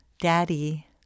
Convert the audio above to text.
Daddy